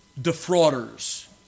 defrauders